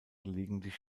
gelegentlich